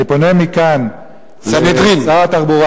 אני פונה מכאן, סנהדרין.